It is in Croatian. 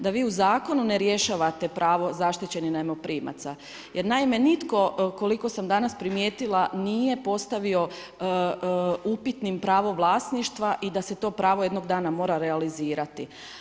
Da vi u Zakonu ne rješavate pravo zaštićenih najmoprimaca jer naime, nitko, koliko sam danas primijetila nije postavio upitnim pravo vlasništva i da se to pravo jednog dana mora realizirati.